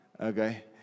okay